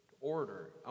order